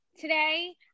today